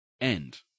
end